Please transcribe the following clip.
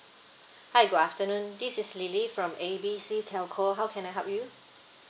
hi good afternoon this is lily from A B C telco how can I help you